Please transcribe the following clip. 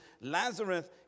Lazarus